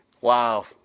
wow